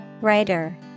Writer